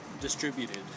distributed